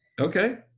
Okay